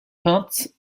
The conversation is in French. peintes